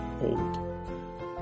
old